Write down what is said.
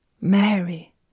Mary